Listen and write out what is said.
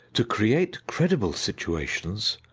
to create credible situations,